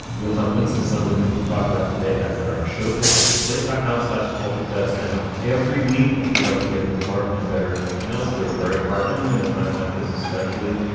you'll find links to some of the things you talked about today. that's at our show page at slate dot com slash culture fest, and every week i feel like we get more and better e-mails. they're very heartening. in a time like this, especially,